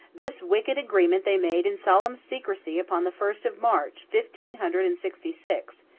this wicked agreement they made in solemn secrecy upon the first of march, fifteen hundred and sixty-six,